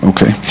Okay